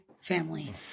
family